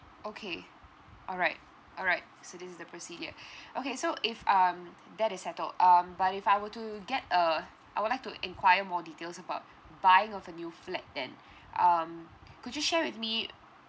okay alright alright so this is the procedure okay so if um that is settled um but if I were to get a I would like to enquire more details about buying off a new flat then um could you share with me